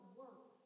work